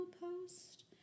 post